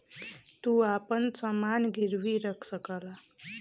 तू आपन समान गिर्वी रख सकला